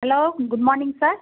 hello good morning sir